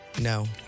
No